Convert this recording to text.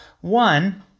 one